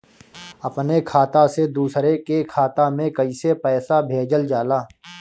अपने खाता से दूसरे के खाता में कईसे पैसा भेजल जाला?